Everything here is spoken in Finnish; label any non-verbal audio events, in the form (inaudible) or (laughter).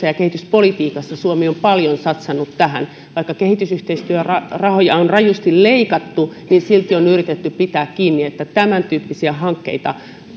(unintelligible) ja kehityspolitiikassa suomi on paljon satsannut näihin vaikka kehitysyhteistyörahoja on rajusti leikattu niin silti on yritetty pitää kiinni siitä että tämäntyyppisiä hankkeita